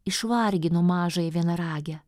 išvargino mažąją vienaragę